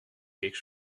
quelque